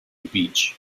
beach